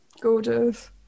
Gorgeous